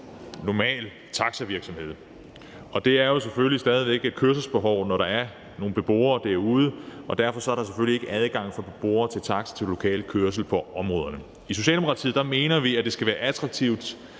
normal taxavirksomhed, og der er selvfølgelig stadig væk et kørselsbehov, når der er nogle beboere derude. Derfor er der selvfølgelig ikke adgang for beboerne til taxa til lokal kørsel på områderne. I Socialdemokratiet mener vi, at det skal være attraktivt